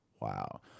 Wow